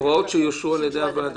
הוראות שיאושרו על ידי הוועדה.